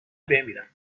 بمیرم